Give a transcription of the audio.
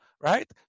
right